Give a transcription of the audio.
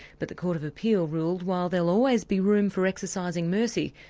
but the court of appeal ruled while there'll always be room for exercising mercy,